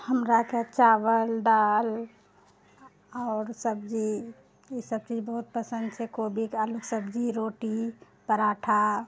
हमराके चावल दाल आओर सब्जी ई सब चीज बहुत पसन्द छै कोबीके आलूके सब्जी रोटी पराठा